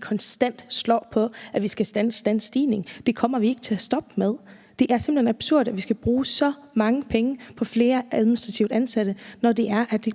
konstant slår på, at vi skal standse den stigning. Det kommer vi ikke til at stoppe med. Det er simpelt hen absurd, at vi skal bruge så mange penge på flere administrativt ansatte, når